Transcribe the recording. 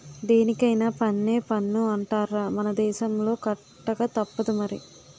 దేనికైన పన్నే పన్ను అంటార్రా మన దేశంలో కట్టకతప్పదు మరి